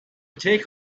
take